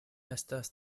estas